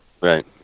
Right